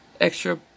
extra